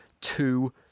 two